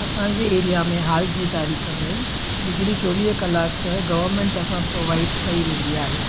असांजे एरिया में हाल जी तारीख़ में बिजली चोवीह कलाकु गवर्मेंट तर्फ़ां प्रोवाइड कई वेंदी आहे